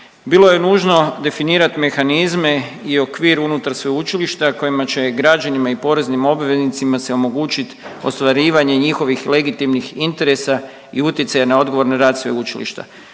Bilo je nužno definirati mehanizme i okvir unutar sveučilišta kojima će građanima i poreznim obveznicima se omogućiti ostvarivanje njihovih legitimnih interesa u utjecaj na odgovorni rad sveučilišta.